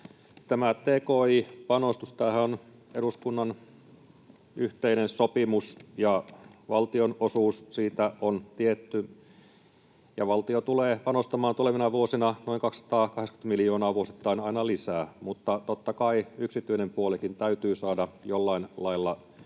Tämä tki-panostushan on eduskunnan yhteinen sopimus, ja valtion osuus siitä on tietty. Valtio tulee panostamaan tulevina vuosina noin 280 miljoonaa vuosittain aina lisää. Mutta totta kai yksityinen puolikin täytyy saada jollain lailla mukaan,